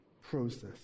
Process